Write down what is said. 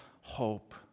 hope